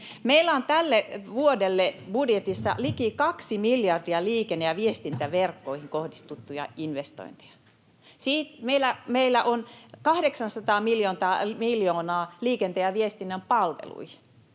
Meillä on tälle vuodelle budjetissa liki kaksi miljardia liikenne- ja viestintäverkkoihin kohdistettuja investointeja. Siis meillä on 800 miljoonaa liikenteen ja viestinnän palveluihin.